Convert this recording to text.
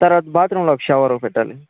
తర్వాత బాత్రూంలో ఒక షవర్ పెట్టాలి